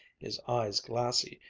his eyes glassy,